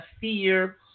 fear